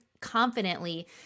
confidently